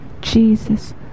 Jesus